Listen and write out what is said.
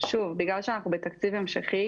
בגלל שאנחנו בתקציב המשכי,